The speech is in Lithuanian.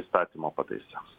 įstatymo pataisoms